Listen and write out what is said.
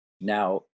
Now